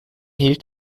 hielt